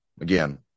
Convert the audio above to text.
Again